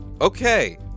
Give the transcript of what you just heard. Okay